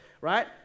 right